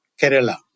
Kerala